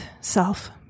self